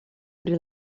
pri